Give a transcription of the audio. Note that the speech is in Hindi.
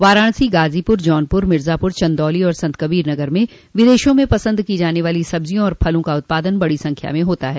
वाराणसी गाजीपुर जौनपुर मिर्जापुर चन्दौली और संतकबीर नगर में विदेशों में पसन्द की जाने वाली सब्जियों और फलों का उत्पादन बड़ी संख्या में होता है